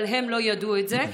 אבל הם לא ידעו את זה.